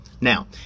Now